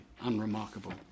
unremarkable